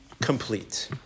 complete